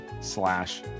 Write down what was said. slash